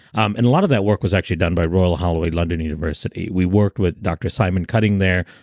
um and a lot of that work was actually done by royal holloway, london university. we worked with dr. simon cutting there,